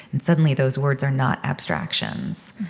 and suddenly, those words are not abstractions.